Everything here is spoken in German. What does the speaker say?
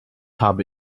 habe